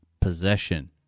possession